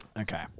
Okay